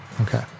Okay